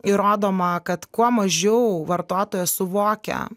įrodoma kad kuo mažiau vartotojas suvokia